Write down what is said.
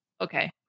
Okay